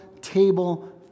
table